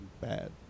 bad